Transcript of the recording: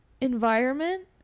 environment